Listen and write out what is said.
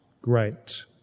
great